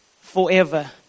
forever